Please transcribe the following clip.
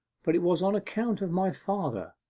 but it was on account of my father.